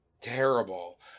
terrible